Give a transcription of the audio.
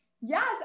Yes